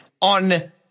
on